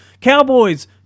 Cowboys